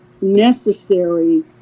necessary